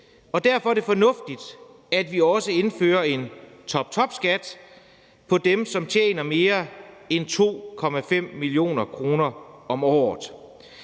derfor er det også fornuftigt, at vi indfører en toptopskat på dem, som tjener mere end 2,5 mio. kr. om året.